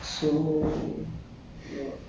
go and see how it is ah